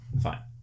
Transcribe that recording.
fine